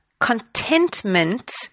contentment